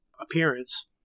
appearance